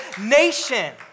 nation